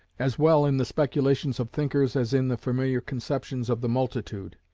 as well in the speculations of thinkers as in the familiar conceptions of the multitude.